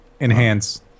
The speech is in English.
enhance